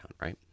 right